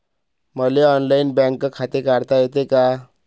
मले online bank खाते काढता येते का?